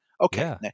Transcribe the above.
Okay